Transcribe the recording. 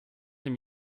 dem